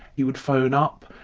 he would phone up,